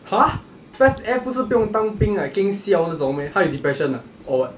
!huh! PES F 不是不用当兵 like geng siao 那种 meh 他有 depression ah or what